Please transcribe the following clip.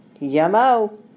Yummo